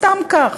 סתם כך.